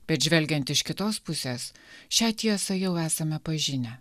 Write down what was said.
bet žvelgiant iš kitos pusės šią tiesą jau esame pažinę